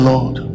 Lord